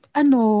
ano